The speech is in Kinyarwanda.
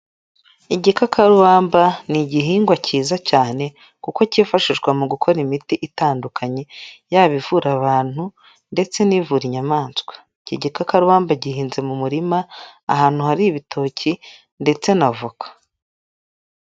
Igikakarubamba ni igihingwa cyiza cyane kuko kifashishwa mu gukora imiti itandukanye, yaba ivura abantu ndetse n'ivura inyamaswa. Iki gikakarubamba gihinze mu murima ahantu hari ibitoki ndetse na avoka.